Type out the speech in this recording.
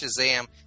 Shazam